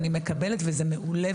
אני מקבלת וזה מעולה,